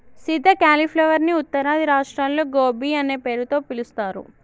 Sita cauliflower ని ఉత్తరాది రాష్ట్రాల్లో గోబీ అనే పేరుతో పిలుస్తారు